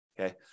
okay